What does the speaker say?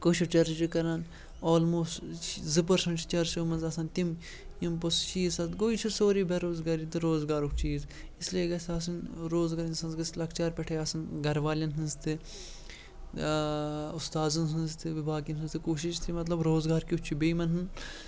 کٲشُر چَرٕس چھِ کٕنان آلموسٹ چھِ زٕ پٔرسَنٛٹ چھِ چَرسِیو منٛز آسان تِم یِم پوٚتُس گوٚو یہِ چھِ سورُے بےروزگاری تہٕ روزگارُک چیٖز اِسلیے گژھِ آسُن روزگار اِنسانَس گژھِ لَکچارٕ پٮ۪ٹھَے آسُن گَرٕوالٮ۪ن ہٕنٛز تہِ اُستاذَن ہٕنٛز تہِ بیٚیہِ باقٕیَن ہٕنٛز تہِ کوٗشِش تہِ مطلب روزگار کیُتھ چھُ بیٚیہِ یِمَن ہُنٛد